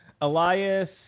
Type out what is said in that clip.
Elias